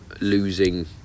losing